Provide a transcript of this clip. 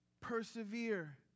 Persevere